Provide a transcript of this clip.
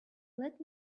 let